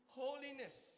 holiness